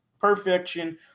perfection